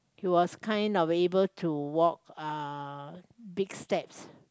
he was kind of able to walk uh big steps